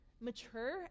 mature